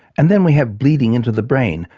and then we have bleeding into the brain,